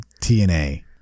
TNA